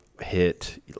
hit